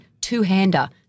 two-hander